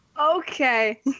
Okay